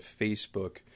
Facebook